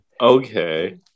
Okay